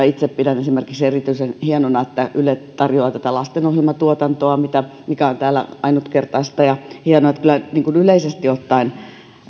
itse pidän erityisen hienona esimerkiksi että yle tarjoaa tätä lastenohjelmatuotantoa mikä on täällä ainutkertaista ja hienoa kyllä yleisesti ottaen